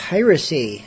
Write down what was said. Piracy